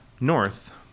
north